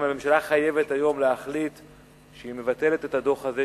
הממשלה חייבת היום להחליט שהיא מבטלת את הדוח הזה,